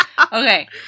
Okay